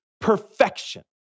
perfection